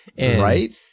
Right